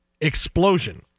explosion